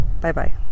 Bye-bye